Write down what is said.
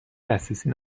دسترسی